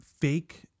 Fake